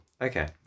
Okay